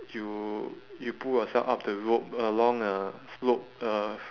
you you pull yourself up the rope along a slope uh